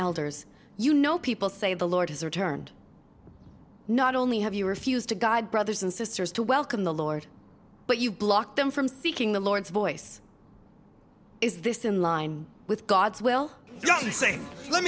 elders you know people say the lord has returned not only have you refused to guide brothers and sisters to welcome the lord but you block them from seeking the lord's voice is this in line with god's will